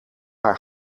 haar